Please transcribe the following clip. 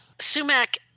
Sumac